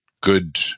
good